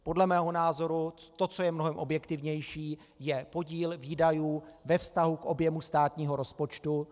Podle mého názoru to, co je mnohem objektivnější, je podíl výdajů ve vztahu k objemu státního rozpočtu.